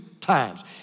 times